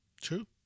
True